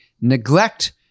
neglect